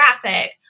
graphic